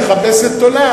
"מכבסת, תולה"?